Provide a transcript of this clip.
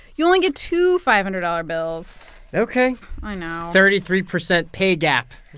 you only get two five hundred dollars bills ok i know thirty-three percent pay gap,